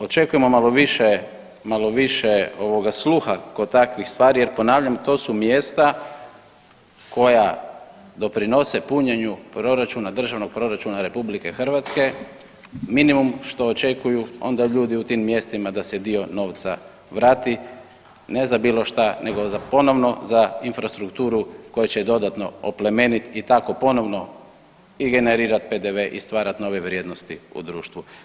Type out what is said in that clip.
Očekujemo malo više, malo više ovoga sluha kod takvih stvari jer ponavljam to su mjesta koja doprinose punjenju proračuna, državnog proračuna RH, minimum što očekuju onda ljudi u tim mjestima da se dio novca vrati ne za bilo šta nego za ponovno za infrastrukturu koja će je dodatno oplemenit i tako ponovno i generirat PDV i stvarat nove vrijednosti u društvu.